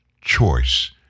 choice